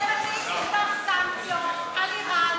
אתם מציעים משטר סנקציות על איראן.